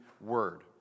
word